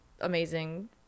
amazing